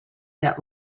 that